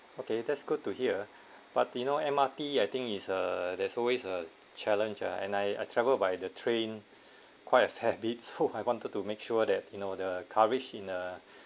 okay that's good to hear but you know M_R_T I think is a there's always a challenge ah and I I travel by the train quite a fair bit so I wanted to make sure that you know the coverage in uh